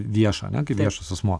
viešą ane kaip viešas asmuo